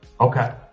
okay